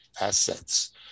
assets